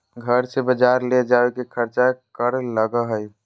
घर से बजार ले जावे के खर्चा कर लगो है?